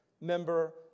member